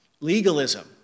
Legalism